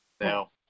now